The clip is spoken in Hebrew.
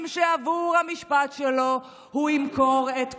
שעבור המשפט שלו הוא ימכור את כולנו.